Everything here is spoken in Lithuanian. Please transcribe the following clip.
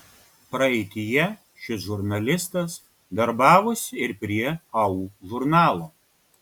praeityje šis žurnalistas darbavosi ir prie au žurnalo